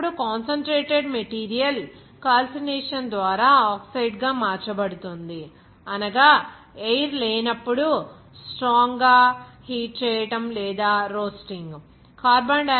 అలాంటప్పుడు concentrated material calcination ద్వారా oxide గా మార్చబడుతుంది అనగా ఎయిర్ లేనప్పుడు స్ట్రాంగ్ గా హీట్ చేయడం లేదా రోస్టింగ్ అక్కడ గాలి సమక్షంలో స్ట్రాంగ్ గా హీట్ చేయడం